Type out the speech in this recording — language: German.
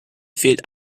fehlt